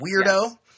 weirdo